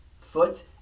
foot